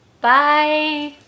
Bye